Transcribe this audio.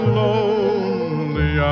lonely